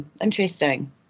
interesting